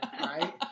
right